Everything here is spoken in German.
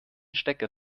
stecker